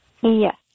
yes